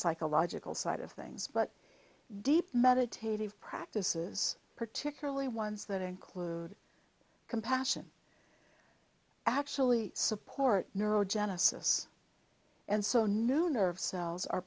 psychological side of things but deep meditative practices particularly ones that include compassion actually support neurogenesis and so new nerve cells are